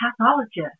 pathologist